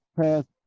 past